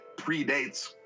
predates